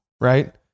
right